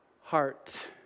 heart